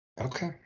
Okay